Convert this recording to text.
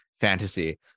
fantasy